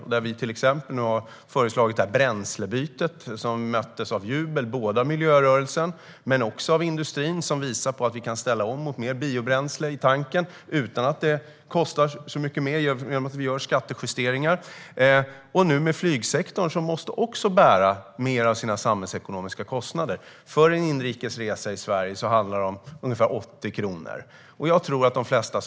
Vi har till exempel föreslagit bränslebytet som möttes av jubel både av miljörörelsen och industrin och som visar på att vi kan ställa om mot mer biobränsle i tanken utan att det kostar så mycket mer genom att vi gör skattejusteringar. Flygsektorn måste också bära mer av sina samhällsekonomiska kostnader. För en inrikesresa i Sverige handlar det om ungefär 80 kronor, enligt utredningens förslag.